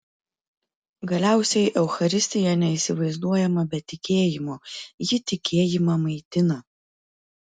galiausiai eucharistija neįsivaizduojama be tikėjimo ji tikėjimą maitina